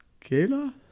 Kayla